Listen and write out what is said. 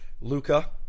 Luca